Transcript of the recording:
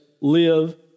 Live